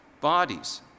Bodies